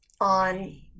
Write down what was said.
on